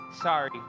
Sorry